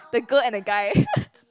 the girl and the guy